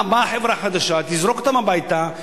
חברה חדשה תזרוק אותם הביתה,